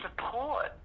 support